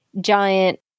giant